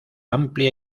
amplia